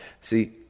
See